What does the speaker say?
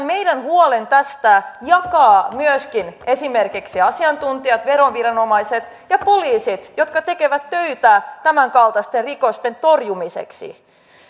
meidän huolemme tästä jakavat myöskin esimerkiksi asiantuntijat veroviranomaiset ja poliisit jotka tekevät töitä tämänkaltaisten rikosten torjumiseksi